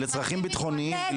לצרכים ביטחוניים.